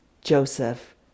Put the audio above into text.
Joseph